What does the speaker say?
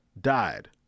died